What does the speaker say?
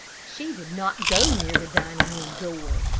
she did not go near the dining-room door,